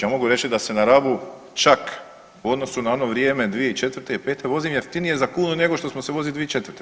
Ja mogu reći da se na Rabu čak u odnosu na ono vrijeme 2004. i '05. vozim jeftinije za kunu nego što smo se vozili 2004.